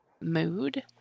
mood